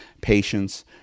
patience